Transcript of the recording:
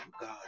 God